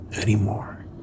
anymore